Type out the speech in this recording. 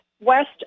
west